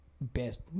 best